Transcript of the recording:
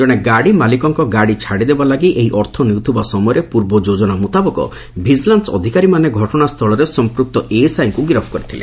ଜଣେ ଗାଡ଼ି ମାଲିକଙ୍କ ଗାଡ଼ି ଛାଡ଼ି ଦେବା ଲାଗି ଏହି ଅର୍ଥ ନେଉଥବା ସମୟରେ ପୂର୍ବ ଯୋଜନା ମୁତାବକ ଭିଜିଲାନ୍ ଅଧିକାରୀମାନେ ଘଟଣାସ୍ସୁଳରେ ସଂପୂକ୍ତ ଏ ଏସ୍ ଆଇ ଙ୍କୁ ଗିରଫ କରିଥିଲେ